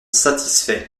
satisfaits